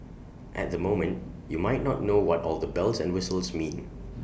at the moment you might not know what all the bells and whistles mean